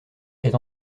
est